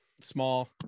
small